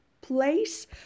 place